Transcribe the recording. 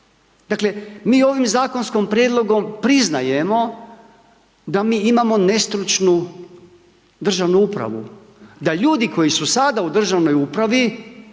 Dakle, mi ovim zakonskim prijedlogom priznajemo da mi imamo nestručnu državnu upravu, da ljudi koji su sada u državnoj upravi